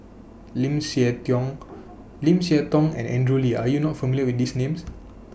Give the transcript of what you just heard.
Lim Siah Tong Lim Siah Tong and Andrew Lee Are YOU not familiar with These Names